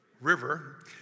River